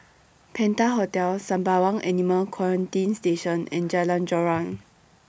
Penta Hotel Sembawang Animal Quarantine Station and Jalan Joran